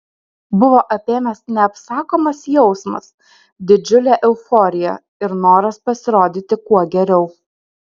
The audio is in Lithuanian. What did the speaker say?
buvo apėmęs neapsakomas jausmas didžiulė euforija ir noras pasirodyti kuo geriau